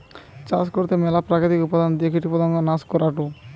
চাষ করতে ম্যালা প্রাকৃতিক উপাদান দিয়ে কীটপতঙ্গ নাশ করাঢু